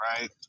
right